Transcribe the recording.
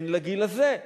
הן לגיל הזה.